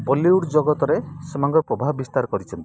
Bollywood ଜଗତରେ ସେମାନଙ୍କର ପ୍ରଭାବ ବିସ୍ତାର କରିଛନ୍ତି